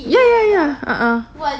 ya ya ya ya ah ah